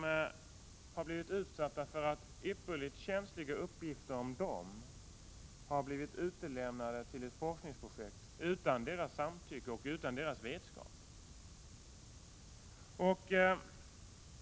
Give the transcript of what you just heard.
De har blivit utsatta för att utomordentligt känsliga uppgifter om dem har utlämnats till ett forskningsprojekt utan deras samtycke eller vetskap.